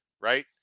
right